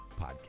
podcast